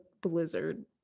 blizzard